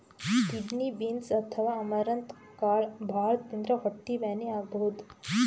kidney beans ಅಥವಾ amaranth ಕಾಳ್ ಭಾಳ್ ತಿಂದ್ರ್ ಹೊಟ್ಟಿ ಬ್ಯಾನಿ ಆಗಬಹುದ್